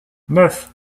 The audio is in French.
neuf